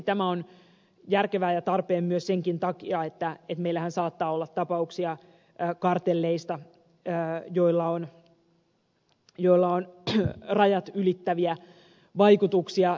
tämä on järkevää ja tarpeen senkin takia että meillähän saattaa olla kartellitapauksia joilla on rajat ylittäviä vaikutuksia